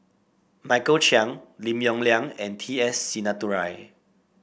Michael Chiang Lim Yong Liang and T S Sinnathuray